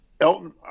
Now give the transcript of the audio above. Elton